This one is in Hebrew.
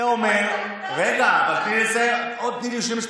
זה אומר, רגע, אבל תני לי לסיים.